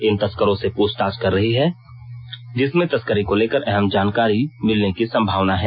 इन तस्करों से पुछताछ कर रही है जिसमें तस्करी को लेकर अहम जानकारी मिलने की संभावना है